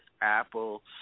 Apple